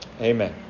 Amen